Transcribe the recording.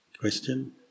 Question